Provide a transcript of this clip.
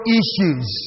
issues